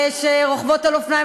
שרוכבות על אופניים,